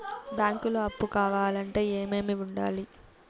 బ్యాంకులో అప్పు కావాలంటే ఏమేమి ఉండాలి?